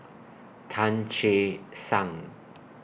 Tan Che Sang